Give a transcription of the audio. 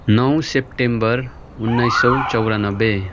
नौ सेप्टेम्बेर उन्नाइस सय चौरानब्बे